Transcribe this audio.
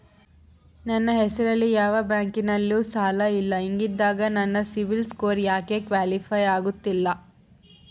ನನ್ನ ಹೆಸರಲ್ಲಿ ಯಾವ ಬ್ಯಾಂಕಿನಲ್ಲೂ ಸಾಲ ಇಲ್ಲ ಹಿಂಗಿದ್ದಾಗ ನನ್ನ ಸಿಬಿಲ್ ಸ್ಕೋರ್ ಯಾಕೆ ಕ್ವಾಲಿಫೈ ಆಗುತ್ತಿಲ್ಲ?